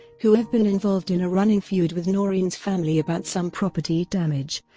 who had been involved in a running feud with noreen's family about some property damage,